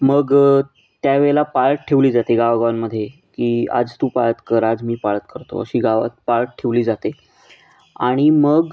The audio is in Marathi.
मग त्यावेळेला पाळत ठेवली जाते गावागावांमध्ये की आज तू पाळत कर आज मी पाळत करतो अशी गावात पाळत ठेवली जाते आणि मग